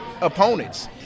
opponents